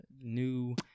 new